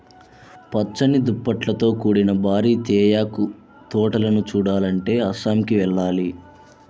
పచ్చని దుప్పట్లతో కూడిన భారీ తేయాకు తోటలను చూడాలంటే అస్సాంకి వెళ్ళాలి